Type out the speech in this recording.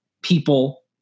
people